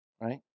right